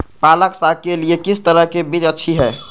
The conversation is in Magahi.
पालक साग के लिए किस तरह के बीज अच्छी है?